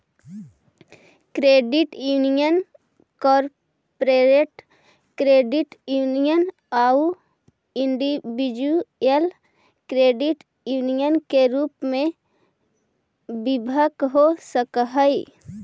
credit union corporate credit union आउ individual credit union के रूप में विभक्त हो सकऽ हइ